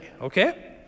okay